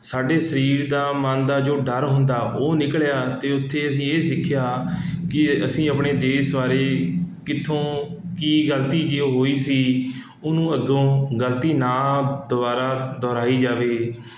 ਸਾਡੇ ਸਰੀਰ ਦਾ ਮਨ ਦਾ ਜੋ ਡਰ ਹੁੰਦਾ ਉਹ ਨਿਕਲਿਆ ਅਤੇ ਉੱਥੇ ਅਸੀਂ ਇਹ ਸਿੱਖਿਆ ਕਿ ਅ ਅਸੀਂ ਆਪਣੇ ਦੇਸ਼ ਬਾਰੇ ਕਿੱਥੋਂ ਕੀ ਗਲਤੀ ਕਿਉਂ ਹੋਈ ਸੀ ਉਹਨੂੰ ਅੱਗੋਂ ਗਲਤੀ ਨਾ ਦੁਬਾਰਾ ਦੁਹਰਾਈ ਜਾਵੇ